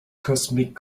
cosmic